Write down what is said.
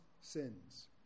sins